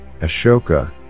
Ashoka